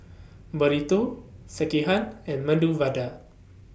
Burrito Sekihan and Medu Vada